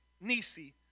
Nisi